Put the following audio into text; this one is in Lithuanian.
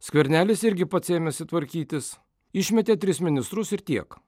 skvernelis irgi pats ėmėsi tvarkytis išmetė tris ministrus ir tiek